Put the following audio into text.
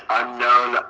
unknown